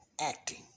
acting